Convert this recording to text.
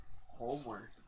Homework